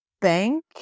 bank